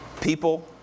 people